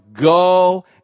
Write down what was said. Go